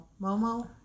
Momo